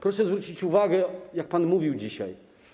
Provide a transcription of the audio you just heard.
Proszę zwrócić uwagę, jak pan mówił dzisiaj.